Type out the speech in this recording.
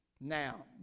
Now